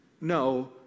No